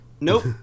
nope